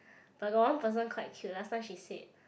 but got one person quite cute last time she said